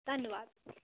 ਧੰਨਵਾਦ